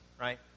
right